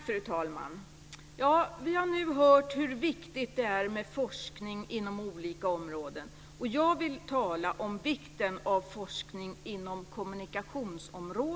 Fru talman! Vi har nu hört hur viktigt det är med forskning inom olika områden. Jag vill tala om vikten av forskning inom kommunikationsområdet.